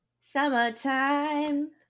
Summertime